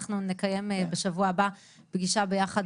אנחנו נקיים בשבוע הבר פגישה ביחד,